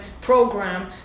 program